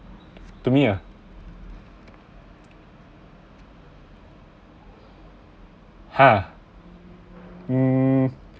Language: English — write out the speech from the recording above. to me ah ha hmm